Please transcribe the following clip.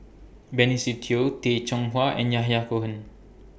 Benny Se Teo Tay Chong Hai and Yahya Cohen